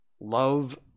Love